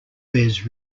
bears